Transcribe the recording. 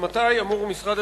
מתי אמור משרד